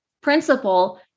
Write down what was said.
principle